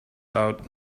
out